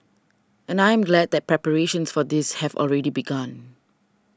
and I am glad that preparations for this have already begun